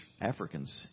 Africans